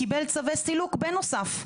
קיבל צווי סילוק בנוסף,